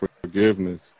forgiveness